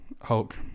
hulk